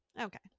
okay